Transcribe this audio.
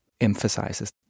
emphasizes